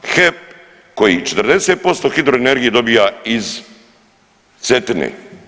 HEP koji 40% hidro energije dobija iz Cetine.